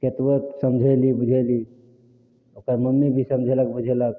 केतबो समझेली बुझेली ओकर मम्मी भी समझेलक बुझेलक